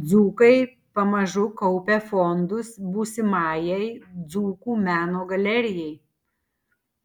dzūkai pamažu kaupia fondus būsimajai dzūkų meno galerijai